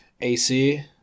AC